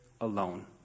alone